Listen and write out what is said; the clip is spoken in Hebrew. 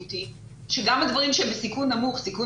המדיניות היא שגם הדברים שהם בסיכון נמוך סיכון